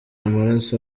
amaraso